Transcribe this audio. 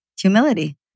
humility